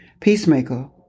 Peacemaker